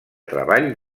treball